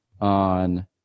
on